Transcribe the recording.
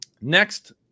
next